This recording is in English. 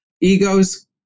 ego's